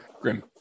grim